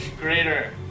greater